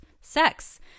sex